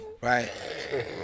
Right